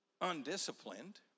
undisciplined